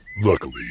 Luckily